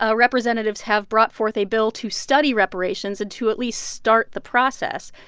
ah representatives have brought forth a bill to study reparations and to at least start the process.